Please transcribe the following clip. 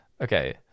Okay